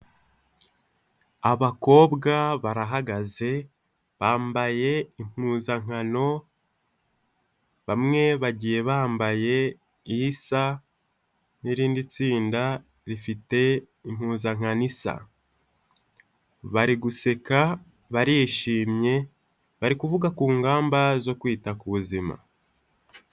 Abakobwa barahagaze, bambaye impuzankano, bamwe bagiye bambaye isa n'irindi tsinda rifite impuzankano isa, bari guseka barishimye bari kuvuga ku ngamba zo kwita ku buzima.